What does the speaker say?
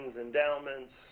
endowments